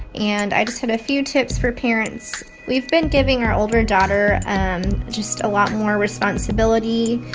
and i just had a few tips for parents. we've been giving our older daughter just a lot more responsibility.